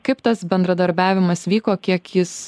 kaip tas bendradarbiavimas vyko kiek jis